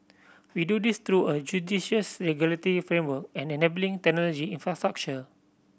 we do this through a judicious regulatory framework and enabling technology infrastructure